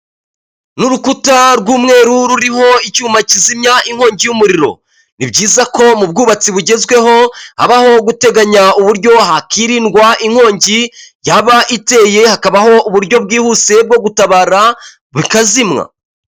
Ni urukuta rw'umweru ruriho icyuma kizimya inkongi y'umuriro, ni byiza ko mu bwubatsi bugezweho habaho guteganya uburyo hakirindwa inkongi yaba iteye hakabaho uburyo bwihuse bwo gutabara bikazimwa.